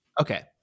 Okay